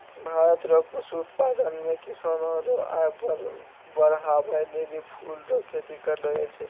भारत रो पुष्प उत्पादन मे किसानो रो आय बड़हाबै लेली फूल रो खेती करलो जाय छै